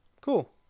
cool